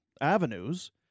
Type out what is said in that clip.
avenues